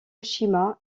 shima